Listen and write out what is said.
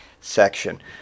section